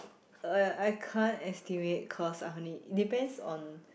uh I can't estimate cause I only depends on